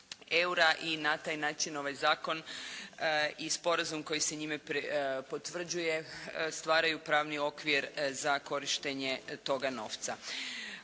eura i na taj način ovaj zakon i sporazum koji se njime potvrđuje stvaraju pravni okvir za korištenje toga novca.